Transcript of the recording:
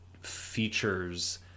features